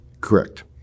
Correct